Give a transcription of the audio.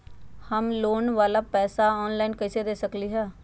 हम लोन वाला पैसा ऑनलाइन कईसे दे सकेलि ह?